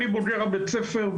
אני בוגר הבית ספר,